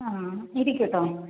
ആ ഇരിക്കൂട്ടോ